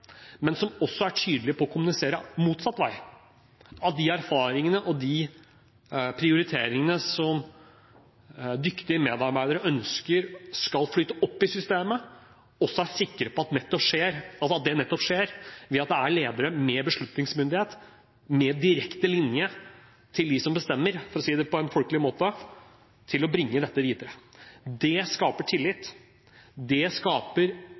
men som også er tydelig på å kommunisere motsatt vei de erfaringene og de prioriteringene som dyktige medarbeidere ønsker skal flyte opp i systemet. De må være sikre på at nettopp det skjer ved at det er ledere med beslutningsmyndighet, med direkte linje til dem som bestemmer – for å si det på en folkelig måte – som kan bringe dette videre. Det skaper tillit. Det skaper